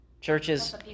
churches